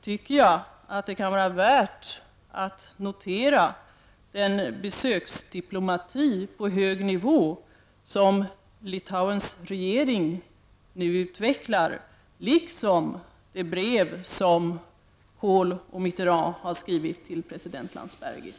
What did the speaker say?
Samtidigt kan det vara värt att notera den besöksdiplomati på hög nivå som Litauens regering nu utvecklar, liksom det brev som Kohl och Mitterrand har skrivit till president Landsbergis.